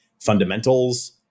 fundamentals